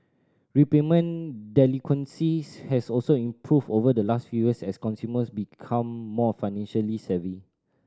repayment delinquencies has also improved over the last few years as consumers become more financially savvy